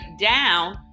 down